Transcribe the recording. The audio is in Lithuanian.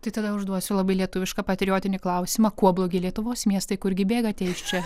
tai tada užduosiu labai lietuvišką patriotinį klausimą kuo blogi lietuvos miestai kur gi bėgate iš čia